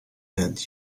had